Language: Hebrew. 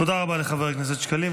תודה רבה לחבר הכנסת שקלים.